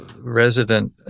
resident